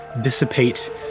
dissipate